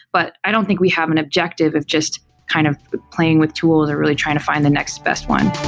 but i don't think we have an objective of just kind of playing with tools or really trying to find the next best one